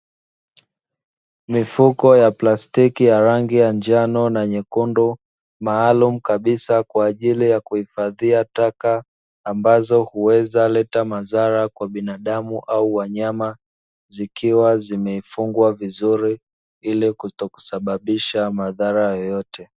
Mifuko ya plastiki ya rangi ya njano na nyekundu maalumu kabisa kwa ajili ya kuhifadhia taka; ambazo huweza leta madhara kwa binadamu au wanyama, zikiwa zimefungwa vizuri ili kutokusababisha madhara yoyote.